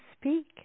speak